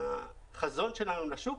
בחזון שלנו לשוק,